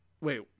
Wait